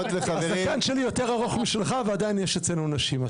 השחקן שלי יותר ארוך משלך, ועדיין יש אצלנו נשים.